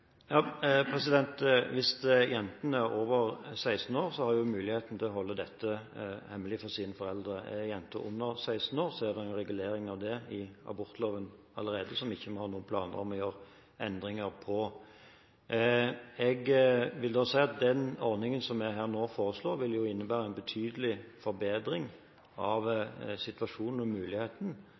Hvis jenta er over 16 år, har hun muligheten til å holde dette hemmelig for sine foreldre. Er jenta under 16 år, er det en regulering av det i abortloven allerede som vi ikke har noen planer om å gjøre endringer i. Jeg vil da si at den ordningen som vi her nå foreslår, vil innebære en betydelig forbedring av situasjonen og muligheten